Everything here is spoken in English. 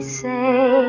say